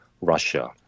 Russia